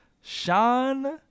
Sean